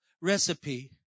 recipe